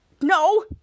no